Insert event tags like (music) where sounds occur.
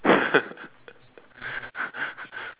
(laughs)